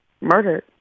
murdered